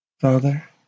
Father